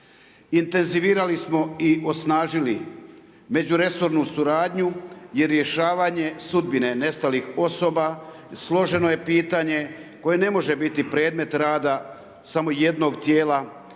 Intenzivirali smo i osnažili međuresornu suradnju i rješavanje sudbine nestalih osoba, složeno je pitanje koje ne može biti predmet rada samo jednog tijela